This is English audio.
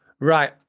Right